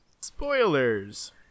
spoilers